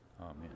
Amen